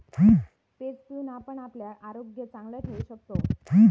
page पिऊन आपण आपला आरोग्य चांगला ठेवू शकतव